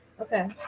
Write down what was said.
Okay